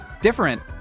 different